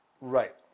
Right